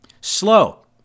Slow